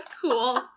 cool